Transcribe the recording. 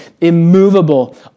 immovable